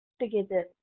together